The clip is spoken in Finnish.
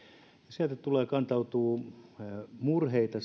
sieltä tulee ja kantautuu murheita